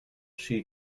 she